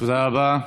תודה רבה.